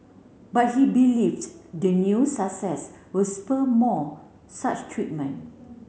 but he believes the new success will spur more such treatment